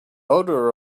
odor